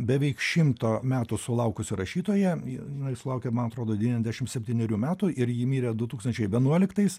beveik šimto metų sulaukusią rašytoją ji nu ji sulaukė man atrodo devyniasdešim septynerių metų ir ji mirė du tūkstančiai vienuoliktais